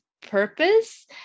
purpose